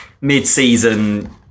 mid-season